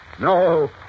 No